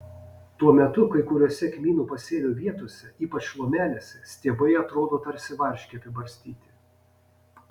tuo metu kai kuriose kmynų pasėlio vietose ypač lomelėse stiebai atrodo tarsi varške apibarstyti